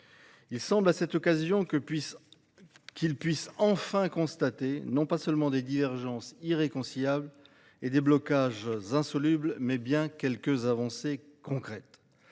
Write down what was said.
Il semble qu'à cette occasion ils puissent enfin constater non pas seulement des divergences irréconciliables et des blocages insolubles, mais bien quelques avancées concrètes.